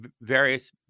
various